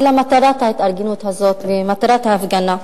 אלא מטרת ההתארגנות הזאת ומטרת ההפגנה.